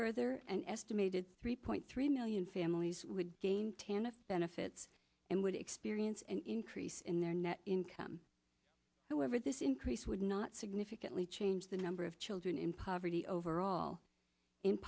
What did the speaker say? further an estimated three point three million families would gain tanna benefits and would experience an increase in their net income however this increase would not significantly change the number of children in poverty overall in